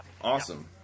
Awesome